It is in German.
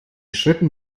schritten